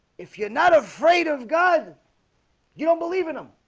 if you're not afraid of god you don't believe in them